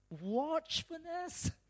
Watchfulness